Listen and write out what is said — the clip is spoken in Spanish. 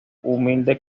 humilde